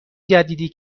جدیدی